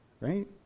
right